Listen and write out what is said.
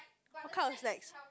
what kind of snacks